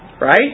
right